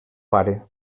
pare